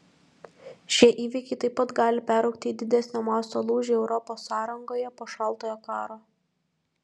šie įvykiai taip pat gali peraugti į didesnio masto lūžį europos sąrangoje po šaltojo karo